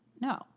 No